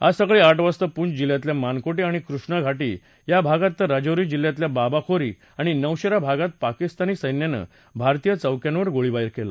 आज सकाळी आठ वाजता पूँछ जिल्ह्यातल्या मानकोटे आणि कृष्णा घाटी या भागात तर राजौरी जिल्ह्यातल्या बाबाखोरी आणि नोशेरा भागात पाकिस्तानी सैन्यान भारतीय चौक्यावर गोळीबार केला